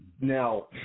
Now